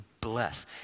bless